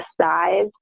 size